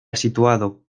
situado